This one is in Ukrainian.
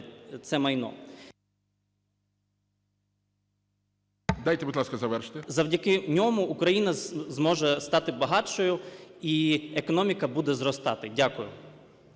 ГОЛОВУЮЧИЙ. Дайте, будь ласка, завершити. МОВЧАН О.В. Завдяки ньому Україна зможе стати багатшою і економіка буде зростати. Дякую.